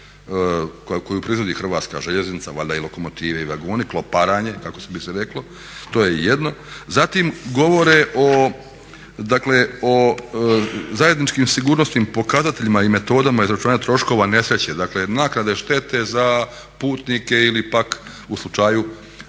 koju proizvodi Hrvatska željeznica, valjda i lokomotive i vagoni, kloparanje kako bi se reklo. To je jedno. Zatim, govore o, dakle o zajedničkim sigurnosnim pokazateljima i metodama izračunavanja troškova nesreće. Dakle, naknade štete za putnike ili pak u slučaju